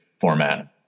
format